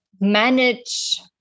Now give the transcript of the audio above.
manage